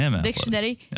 dictionary